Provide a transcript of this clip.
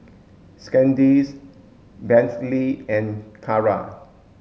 Sandisk Bentley and Kara